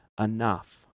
enough